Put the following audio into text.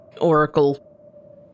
oracle